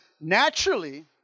naturally